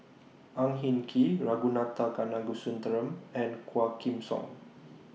Ang Hin Kee Ragunathar Kanagasuntheram and Quah Kim Song